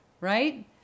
right